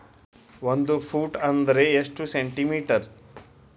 ಒಂದು ಫೂಟ್ ಅಂದ್ರ ಎಷ್ಟು ಸೆಂಟಿ ಮೇಟರ್?